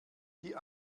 die